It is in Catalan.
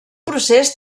procés